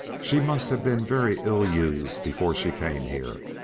she must have been very ill-used before she came here.